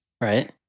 Right